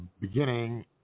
beginning